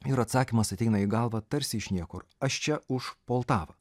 ir atsakymas ateina į galvą tarsi iš niekur aš čia už poltavą